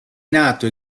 nato